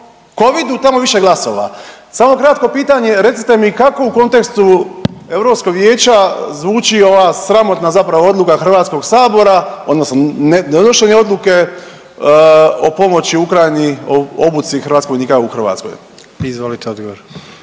Covidu tamo je više glasova. Samo kratko pitanje recite mi kako u kontekstu Europskog vijeća zvuči ova sramotna zapravo odluka Hrvatskog sabora odnosno ne donošenje odluke o pomoći Ukrajini obuci hrvatskog vojnika u Hrvatskoj. **Jandroković,